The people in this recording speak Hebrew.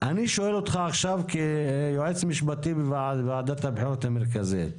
אני שואל אותך עכשיו כיועץ משפטי בוועדת הבחירות המרכזית,